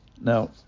Now